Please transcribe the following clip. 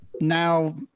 now